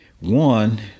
One